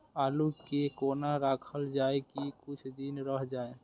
आलू के कोना राखल जाय की कुछ दिन रह जाय?